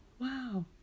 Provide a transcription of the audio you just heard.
Wow